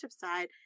side